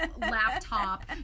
laptop